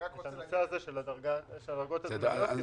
הנושא של הדרגות הזמניות,